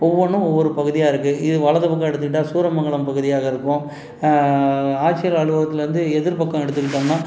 ஒவ்வொன்றும் ஒவ்வொரு பகுதியாக இருக்குது இது வலது பக்கம் எடுத்துக்கிட்டால் சூரமங்களம் பகுதியாக இருக்கும் ஆட்சியர் அலுவகத்திலேருந்து எதிர்பக்கம் எடுத்துக்கிட்டோம்னால்